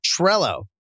Trello